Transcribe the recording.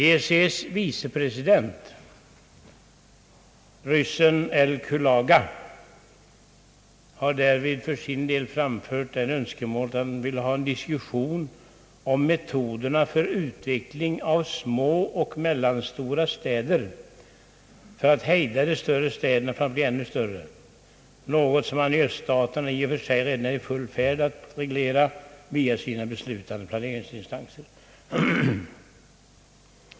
EEC:s vice president, ryssen L. Kulaga, har därvid för sin del framfört önskemål om en diskussion om metoderna för utvecklingen av små och mellanstora städer för att hejda de större städernas ytterligare tillväxt — något som man i öststaterna i och för sig redan är i färd med att reglera via sina beslutande planeringsinstanser.